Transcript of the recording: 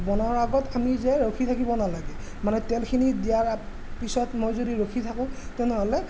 বনোৱাৰ আগত আমি যেন ৰখি থাকিব নালাগে মানে তেলখিনি দিয়াৰ পিছত মই যদি ৰখি থাকোঁ তেনেহ'লে